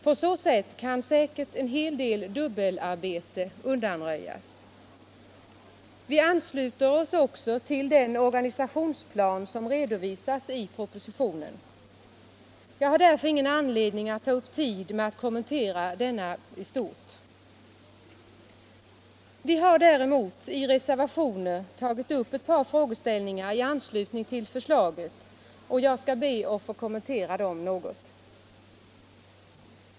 På så sätt kan säkert en hel del dubbelarbete undanröjas. Vi ansluter oss också till den organisationsplan som redovisas i propositionen. Jag har därför ingen anledning att ta upp tid med att kommentera denna i stort. Däremot har vi i reservationer tagit upp ett par frågeställningar i anslutning till förslaget, och jag skall be att få kommentera dem något.